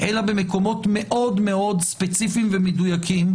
אלא במקומות מאוד מאוד ספציפיים ומדויקים,